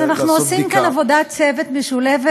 אז אנחנו עושים כאן עבודת צוות משולבת.